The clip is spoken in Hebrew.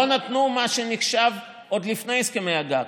לא נתנו מה שנחשב עוד לפני הסכם הגג,